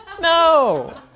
No